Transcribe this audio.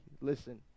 listen